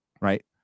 right